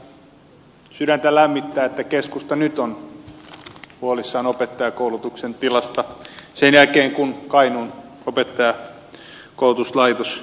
kyllä sydäntä lämmittää että keskusta nyt on huolissaan opettajakoulutuksen tilasta sen jälkeen kun kainuun opettajakoulutuslaitos lakkautettiin